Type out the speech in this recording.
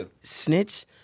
snitch